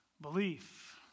Belief